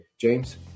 James